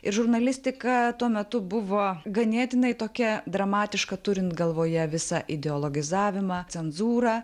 ir žurnalistika tuo metu buvo ganėtinai tokia dramatiška turint galvoje visą ideologizavimą cenzūrą